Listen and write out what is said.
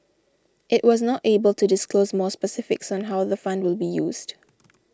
it was not able to disclose more specifics on how the fund will be used